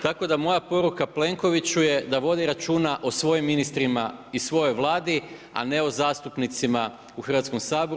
Tako da moja poruka Plenkoviću je da vodi računa o svojim ministrima i svojoj Vladi, a ne o zastupnicima u Hrvatskom saboru.